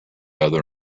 other